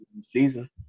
season